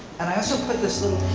and i also put this little